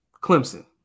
Clemson